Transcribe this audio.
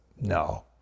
no